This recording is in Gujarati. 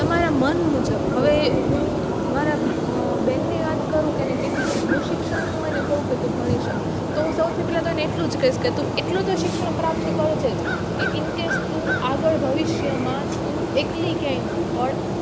તમારા મન મુજબ હવે હું મારા બેનની વાત કરું કે એને કેટલું હું શિક્ષણનું એને કહું કે તું ભણી શકે તો હું સૌથી પહેલાં હું તેને એટલું જ કહીશ તું એટલું તો શિક્ષણ પ્રાપ્ત કરજે જ કે ઈનકેસ તું આગળ ભવિષ્યમાં તું એકલી ક્યાંય ન પડે